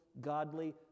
godly